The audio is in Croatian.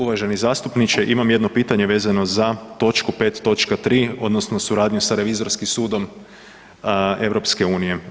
Uvaženi zastupniče, imam jedno pitanje vezano za točku 5.3. odnosno suradnju sa Revizorskim sudom EU.